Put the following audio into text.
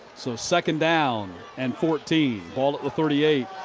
so second down and fourteen. ball at the thirty eight.